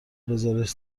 بزارش